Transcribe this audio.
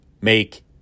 make